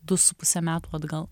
du su puse metų atgal